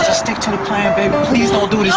ah stick to the plan, baby. please don't do